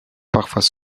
parfois